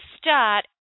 start